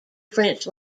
french